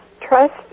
Trust